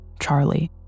Charlie